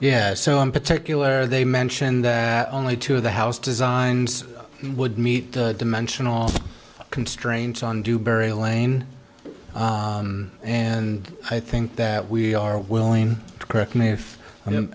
yeah so in particular they mentioned that only two of the house designs would meet the dimensional constraints on dewberry lane and i think that we are willing to correct me if i